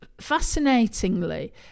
fascinatingly